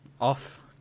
off